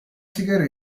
sigara